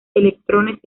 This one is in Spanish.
electrones